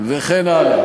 וכן הלאה.